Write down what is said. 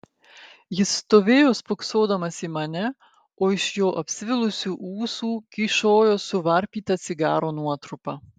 jis stovėjo spoksodamas į mane o iš jo apsvilusių ūsų kyšojo suvarpyta cigaro nuotrupa